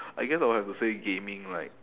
I guess I would have to say gaming like